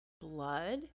blood